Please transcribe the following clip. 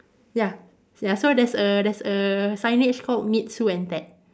ya ya so there's a there's a signage called meet Sue and Ted